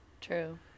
true